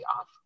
off